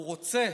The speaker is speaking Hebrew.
הוא רוצה